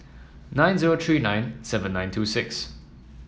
nine zero three nine seven nine two six